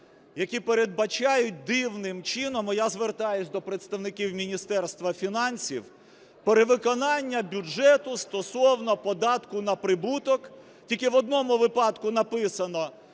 які передбачають дивним чином, і я звертаюся до представників Міністерства фінансів, про виконання бюджету стосовно податку на прибуток, тільки в одному випадку написано